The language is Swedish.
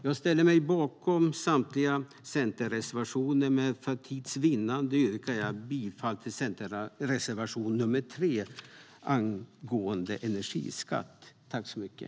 Jag står bakom Centerpartiets samtliga reservationer, men för tids vinnande yrkar jag bifall endast till reservation nr 3 angående energiskatt.